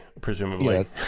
presumably